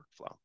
workflow